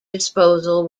disposal